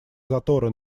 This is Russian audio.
затора